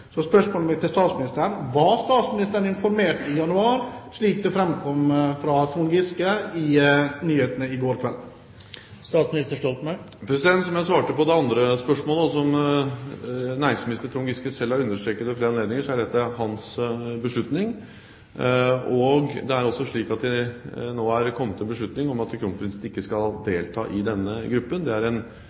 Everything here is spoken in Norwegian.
Spørsmålet mitt til statsministeren er: Var statsministeren informert i januar, slik det framkom i nyhetene i går kveld? Som jeg svarte på det første spørsmålet, og som næringsminister Trond Giske selv har understreket ved flere anledninger, er dette hans beslutning. Det er altså slik at det nå er kommet en beslutning om at kronprisen ikke skal delta i denne gruppen. Det